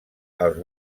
els